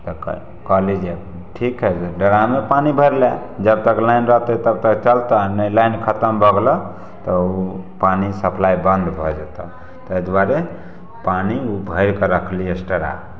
तऽ कहली जे ठीक है जे ड्राममे पानि भरि लए जबतक लाइन रहतै तबतक चलतऽ आ नहि लाइन खतम भऽ गेलऽ तऽ ऊओ पानी सप्लाय बंद भऽ जेतऽ तैदुआरे पानी ऊ भैर कऽ रखली एस्ट्रा